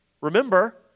remember